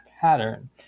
pattern